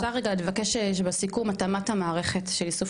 אפשר רגע לבקש שבסיכום התאמת המערכת של איסוך